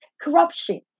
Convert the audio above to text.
corruption